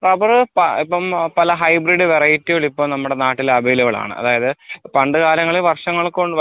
rubber ഇപ്പം പല hybrid വെറൈറ്റികള് ഇപ്പം നമ്മുടെ നാട്ടില് അവൈലബിളാണ് അതായത് പണ്ട് കാലങ്ങളിൽ വർഷങ്ങള്